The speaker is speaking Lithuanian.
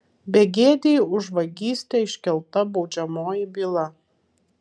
begėdei už vagystę iškelta baudžiamoji byla